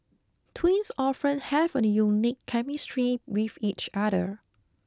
twins often have a unique chemistry with each other